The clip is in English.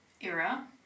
era